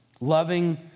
Loving